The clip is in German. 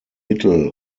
mittel